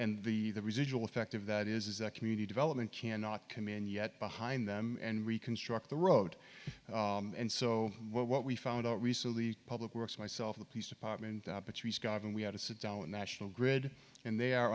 and the the residual effect of that is that community development cannot command yet behind them and reconstruct the road and so what we found out recently public works myself the police department and we had to sit down with national grid and they are